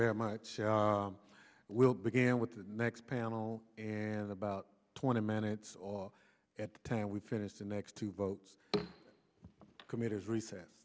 very much i will begin with the next panel and about twenty minutes at the time we finish the next two votes committers recess